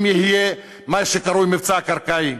אם יהיה מה שקרוי "מבצע קרקעי".